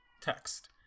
Text